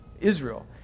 Israel